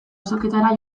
azoketara